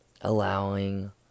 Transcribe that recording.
Allowing